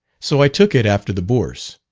so i took it after the bourse.